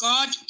God